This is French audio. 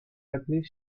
appelez